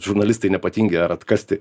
žurnalistai nepatingi ar atkasti